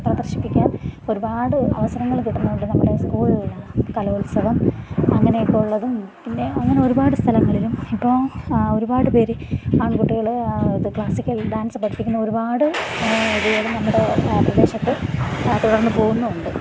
പ്രദർശിപ്പിക്കാൻ ഒരുപാട് അവസരങ്ങൾ കിട്ടുന്നുണ്ട് നമ്മുടെ സ്കൂൾ കലോത്സവം അങ്ങനെ ഒക്കെയുള്ളതും പിന്നെ അങ്ങനെ ഒരുപാട് സ്ഥലങ്ങളിലും ഇപ്പോൾ ഒരുപാട് പേര് ആൺകുട്ടികള് ക്ലാസിക്കൽ ഡാൻസ് പഠിപ്പിക്കുന്ന ഒരുപാട് പേരുമുണ്ട് നമ്മുടെ പ്രദേശത്ത് തുടർന്ന് പോവുന്നുമുണ്ട്